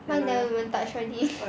too long never touch already